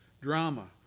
drama